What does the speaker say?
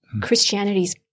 Christianity's